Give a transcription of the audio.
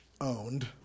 owned